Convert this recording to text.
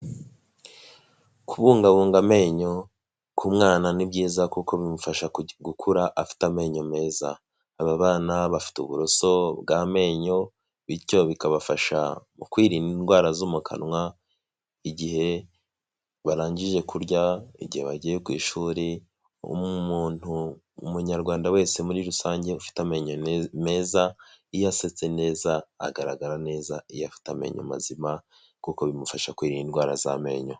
Kubungabunga amenyo k'umwana ni byiza kuko bimufasha gukura afite amenyo meza, aba bana bafite uburoso bw'amenyo bityo bikabafasha mu kwirinda indwara zo mu kanwa, igihe barangije kurya, igihe bagiye ku ishuri umuntu, umunyarwanda wese muri rusange ufite amenyo meza iyo asetse neza agaragara neza iyo afite amenyo mazima kuko bimufasha kwirinda indwara z'amenyo.